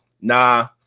Nah